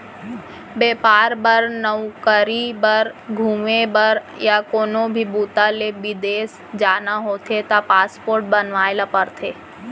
बेपार बर, नउकरी बर, घूमे बर य कोनो भी बूता ले बिदेस जाना होथे त पासपोर्ट बनवाए ल परथे